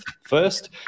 first